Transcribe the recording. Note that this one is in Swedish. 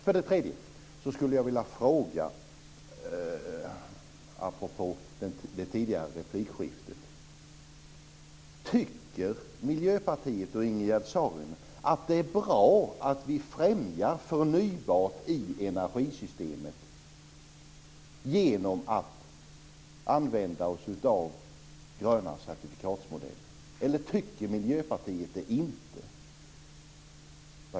För det tredje skulle jag apropå det tidigare replikskiftet vilja fråga: Tycker Miljöpartiet och Ingegerd Saarinen att det är bra eller att det inte är bra att vi främjar förnybart i energisystemet genom att använda modellen med gröna certifikat?